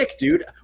dude